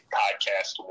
podcast